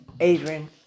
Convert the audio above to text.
Adrian